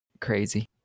crazy